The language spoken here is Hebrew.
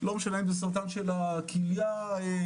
לא משנה אם זה סרטן של הכליה וכו',